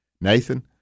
Nathan